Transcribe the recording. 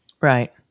right